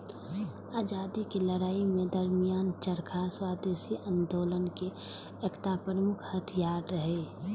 आजादीक लड़ाइ के दरमियान चरखा स्वदेशी आंदोलनक एकटा प्रमुख हथियार रहै